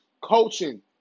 coaching